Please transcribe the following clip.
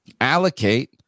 allocate